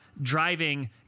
driving